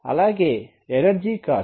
ఆలాగే energy cost